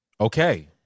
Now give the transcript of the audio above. Okay